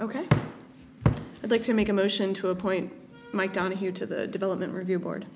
ok i'd like to make a motion to appoint my down here to the development review board